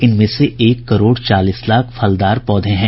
इनमें से एक करोड़ चालीस लाख फलदार पौधे हैं